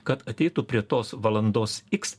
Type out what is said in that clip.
kad ateitų prie tos valandos x